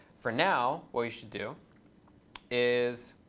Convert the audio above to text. for now what you should do is